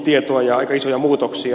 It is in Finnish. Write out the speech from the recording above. aika isoja muutoksia